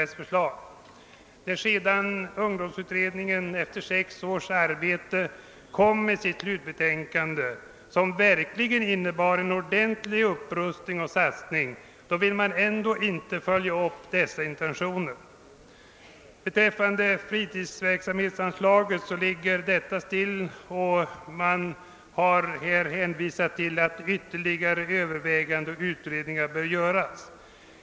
När sedan denna utredning efter sex års arbete kom med sitt slutbetänkande, som verkligen innehöll förslag till en ordentlig upprustning och satsning, ville man ändå inte följa dess intentioner. Anslaget till fritidsverksamheten ligger still, och man har hänvisat till att ytterligare överväganden och utredningar bör göras.